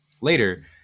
later